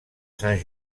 saint